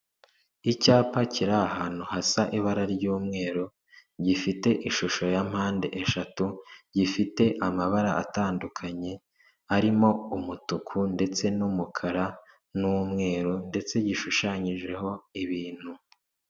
Icyapa kiri ahantu hasa ibara ry'umweru gifite ishusho ya mpande eshatu gifite amabara atandukanye arimo umutuku ndetse n'umukara n'umweru ndetse gishushanyijeho ibintu.